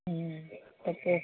हूं त पोइ